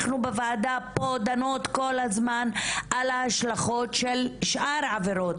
אנחנו בוועדה פה דנות כל הזמן על ההשלכות של שאר העבירות,